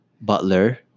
Butler